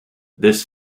this